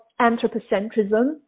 anthropocentrism